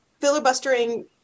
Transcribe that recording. filibustering